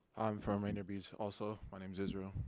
i'm from rainier beach also my name is israel.